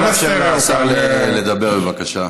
אנחנו לא נעשה, נאפשר לשר לדבר, בבקשה.